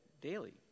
daily